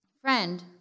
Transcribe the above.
Friend